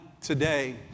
today